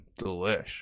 delish